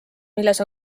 milles